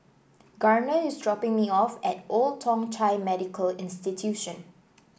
Garner is dropping me off at Old Thong Chai Medical Institution